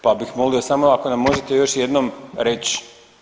Pa bih molio samo ako nam možete još jednom reći.